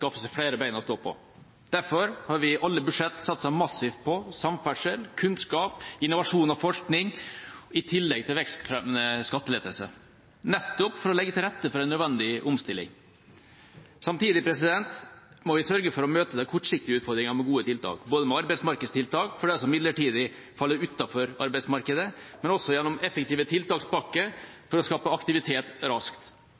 seg flere bein å stå på. Derfor har vi i alle budsjetter satset massivt på samferdsel, kunnskap, innovasjon og forskning, i tillegg til vekstfremmende skattelettelser, nettopp for å legge til rette for en nødvendig omstilling. Samtidig må vi sørge for å møte den kortsiktige utfordringen med gode tiltak – med arbeidsmarkedstiltak for dem som midlertidig faller utenfor arbeidsmarkedet, men også gjennom effektive tiltakspakker for å skape aktivitet raskt.